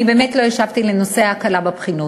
אני באמת לא השבתי על נושא הקלת הבחינות.